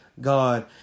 God